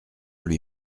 lui